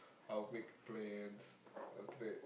I'll make plans after that